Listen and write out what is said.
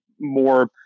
more